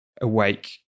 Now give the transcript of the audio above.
awake